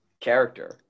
character